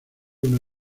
una